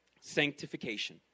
sanctification